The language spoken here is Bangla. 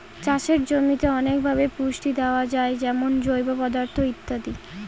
চাষের জমিতে অনেকভাবে পুষ্টি দেয়া যায় যেমন জৈব পদার্থ দিয়ে